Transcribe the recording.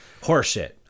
horseshit